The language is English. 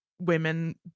women